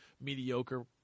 mediocre